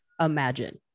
imagine